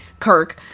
Kirk